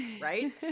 right